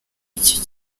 icyo